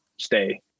stay